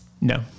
No